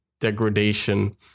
degradation